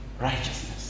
righteousness